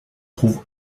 trouve